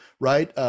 right